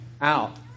out